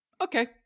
okay